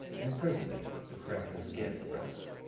and presently the craft was again at rest.